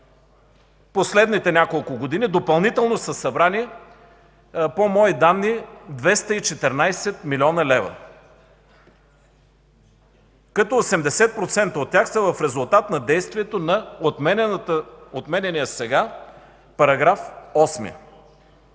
последните няколко години допълнително са събрани, по мои данни, 214 млн. лв., като 80% от тях са в резултат на действието на отменяния сега § 8.